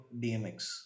DMX